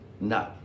No